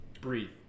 Breathe